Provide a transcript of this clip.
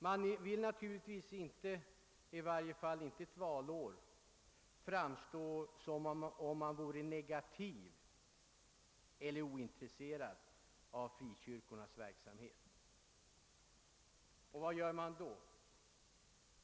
Man vill naturligtvis inte — under alla förhållanden inte under ett valår — framstå som negativ eller ointresserad av frikyrkornas verksamhet. Vad gör man då?